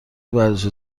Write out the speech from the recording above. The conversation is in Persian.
ورزش